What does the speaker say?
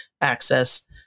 access